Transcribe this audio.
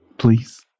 Please